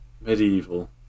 Medieval